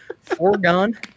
Foregone